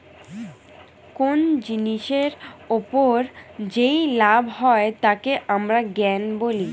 কোন জিনিসের ওপর যেই লাভ হয় তাকে আমরা গেইন বলি